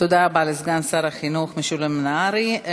תודה רבה לסגן שר החינוך משולם נהרי,